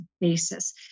basis